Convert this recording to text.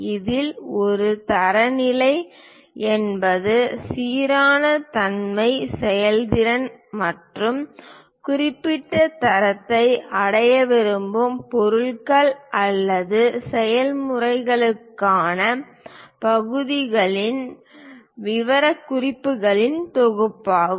இதில் ஒரு தரநிலை என்பது சீரான தன்மை செயல்திறன் மற்றும் குறிப்பிட்ட தரத்தை அடைய விரும்பும் பொருட்கள் அல்லது செயல்முறைகளுக்கான பகுதிகளின் விவரக்குறிப்புகளின் தொகுப்பாகும்